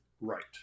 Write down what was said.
Right